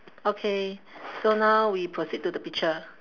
okay so now we proceed to the picture